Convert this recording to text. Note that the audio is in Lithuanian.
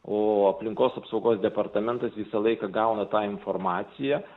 o aplinkos apsaugos departamentas visą laiką gauna tą informaciją